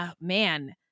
Man